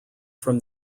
from